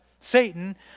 Satan